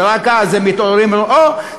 ורק אז הם מתעוררים ואומרים: אוה,